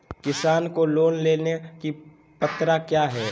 किसान को लोन लेने की पत्रा क्या है?